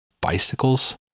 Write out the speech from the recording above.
bicycles